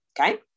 Okay